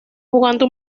jugando